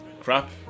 crap